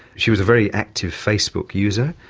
she was a very active facebook user,